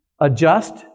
adjust